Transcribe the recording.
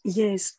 yes